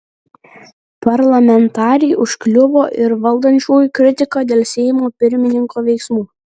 parlamentarei užkliuvo ir valdančiųjų kritika dėl seimo pirmininko veiksmų